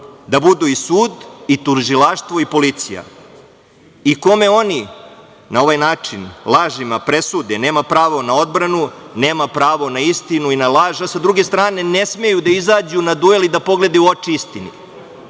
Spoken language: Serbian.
da budu i sud i Tužilaštvo i policija. Kome oni na ovaj način lažima presude, nema pravo na odbranu, nema pravo na istinu i laž, a sa druge strane ne smeju da izađu na duel i da pogledaju u oči istini. Ne